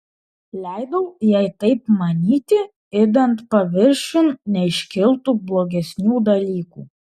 leidau jai taip manyti idant paviršiun neiškiltų blogesnių dalykų